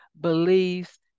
beliefs